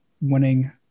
winning